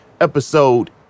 episode